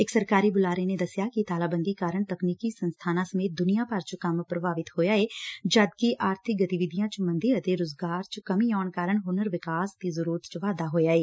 ਇਕ ਸਰਕਾਰੀ ਬੁਲਾਰੇ ਨੇ ਦਸਿਆ ਕਿ ਤਾਲਾਬੰਦੀ ਕਾਰਨ ਤਕਨੀਕੀ ਸੰਸਬਾਨਾਂ ਸਮੇਤ ਦੁਨੀਆ ਭਰ ਚ ਕੰਮ ਪ੍ਰਭਾਵਿਤ ਹੋਇਆ ਏ ਜਦਕਿ ਆਰਥਿਕ ਗਤੀਵਿਧੀਆ ਚ ਮੰਦੀ ਅਤੇ ਰੁਜ਼ਗਾਰ ਚ ਕਮੀ ਆਉਣ ਕਾਰਨ ਹੁਨਰ ਵਿਕਾਸ ਦੀ ਜ਼ਰੁਰਤ ਚ ਵਾਧਾ ਹੋਇਆ ਐ